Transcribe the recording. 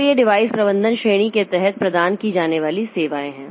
तो ये डिवाइस प्रबंधन श्रेणी के तहत प्रदान की जाने वाली सेवाएं हैं